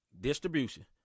Distribution